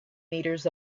meters